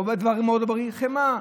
חמאה,